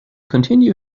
continue